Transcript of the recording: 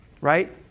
right